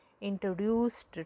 introduced